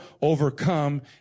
overcome